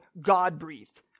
God-breathed